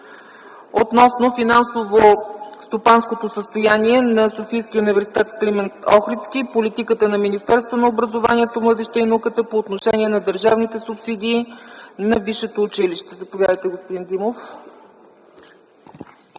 относно финансово-стопанското състояние на СУ „Св. Климент Охридски” и политиката на Министерството на образованието, младежта и науката по отношение на държавните субсидии на висшето училище. Заповядайте, господин Димов.